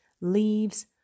leaves